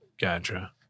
Gotcha